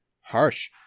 harsh